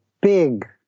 big